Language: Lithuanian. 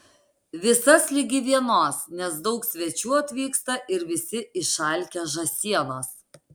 visas ligi vienos nes daug svečių atvyksta ir visi išalkę žąsienos